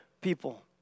people